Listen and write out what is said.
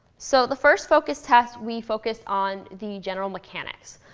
so the first focus test, we focused on the general mechanics.